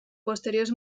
posteriors